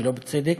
שלא בצדק.